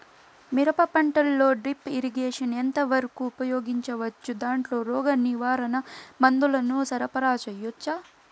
మిరప పంటలో drip irrigation ఎంత వరకు ఉపయోగించవచ్చు, దాంట్లో రోగ నివారణ మందుల ను సరఫరా చేయవచ్చా?